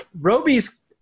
Roby's –